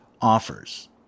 offers